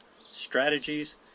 strategies